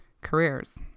careers